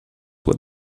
what